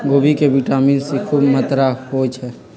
खोबि में vitamin C खूब मत्रा होइ छइ